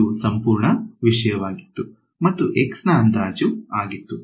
ಇದು ಸಂಪೂರ್ಣ ವಿಷಯವಾಗಿತ್ತು ಮತ್ತು x ನ ಅಂದಾಜು ಆಗಿತ್ತು